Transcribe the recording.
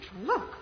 look